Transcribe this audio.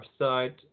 website